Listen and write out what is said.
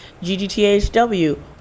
GGTHW